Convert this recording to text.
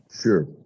sure